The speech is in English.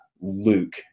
Luke